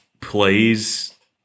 plays